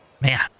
Man